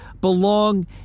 belong